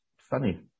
funny